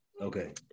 Okay